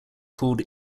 called